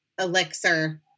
elixir